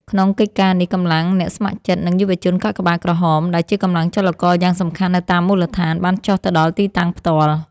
ក្នុងកិច្ចការនេះ កម្លាំងអ្នកស្ម័គ្រចិត្ត និងយុវជនកាកបាទក្រហម ដែលជាកម្លាំងចលករយ៉ាងសំខាន់នៅតាមមូលដ្ឋាន បានចុះទៅដល់ទីតាំងផ្ទាល់។